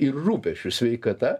ir rūpesčiu sveikata